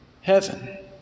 Heaven